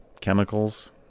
chemicals